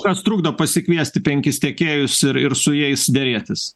kas trukdo pasikviesti penkis tiekėjus ir ir su jais derėtis